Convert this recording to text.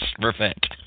perfect